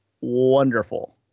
wonderful